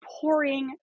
pouring